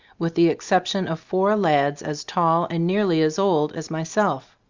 with the exception of four lads, as tall and nearly as old as my self.